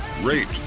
rate